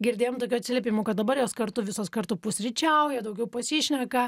girdėjom tokių atsiliepimų kad dabar jos kartu visos kartu pusryčiauja daugiau pasišneka